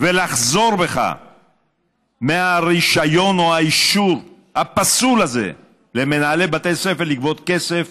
ולחזור בך מהרישיון או מהאישור הפסול הזה למנהלי בתי ספר לגבות כסף